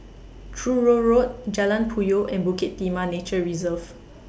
Truro Road Jalan Puyoh and Bukit Timah Nature Reserve